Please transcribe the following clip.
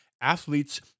Athletes